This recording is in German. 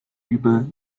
übel